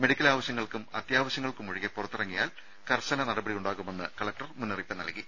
medical ആവശ്യങ്ങൾക്കും അത്യാവശ്യങ്ങൾക്കുമൊഴികെ പുറത്തിറങ്ങിയാൽ കർശന നടപടിയുണ്ടാകുമെന്ന് കലക്ടർ മുന്നറിയിപ്പ് നൽകി